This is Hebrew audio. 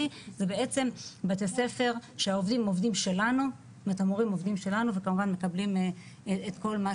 אלה בתי ספר שהמורים הם עובדים שלנו ומקבלים את כל מה